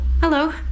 hello